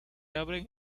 abren